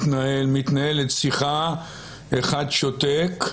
מתנהלת שיחה, אחד שותק,